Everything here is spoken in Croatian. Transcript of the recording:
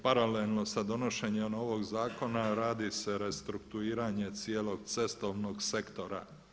Paralelno sa donošenjem ovog zakona radi se restrukturiranje cijelog cestovnog sektora.